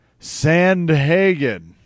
Sandhagen